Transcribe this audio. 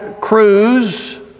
Cruz